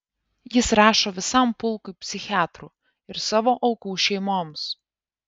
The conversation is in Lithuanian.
jis rašo visam pulkui psichiatrų ir savo aukų šeimoms